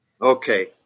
Okay